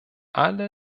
alle